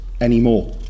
anymore